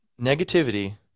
negativity